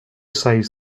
says